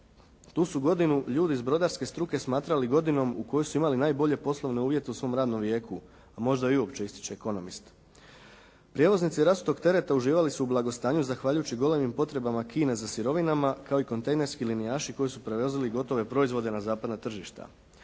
tu su godinu ljudi sa brodarske struke smatrali godinom u kojoj su imali najbolje poslovne uvjete u svom radnom vijeku, a možda i uopće…", ističe ekonomist. "Prijevoznici rasutot tereta uživali su u blagostanju zahvaljujući golemim potrebama Kine za sirovinama kao i kontejnerski linijaši koji su prevozili gotove proizvode na zapadna tržišta,